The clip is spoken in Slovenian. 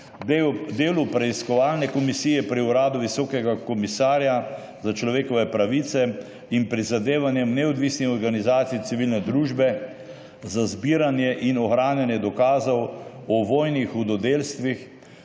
delu preiskovalne komisije pri Uradu visokega komisarja za človekove pravice in prizadevanjem neodvisnih organizacij civilne družbe za zbiranje in ohranjanje dokazov o vojnih hudodelstvih;